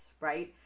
right